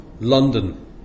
London